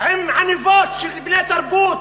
עם עניבות של בני-תרבות,